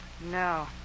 No